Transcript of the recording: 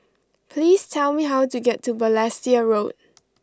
please tell me how to get to Balestier Road